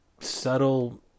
subtle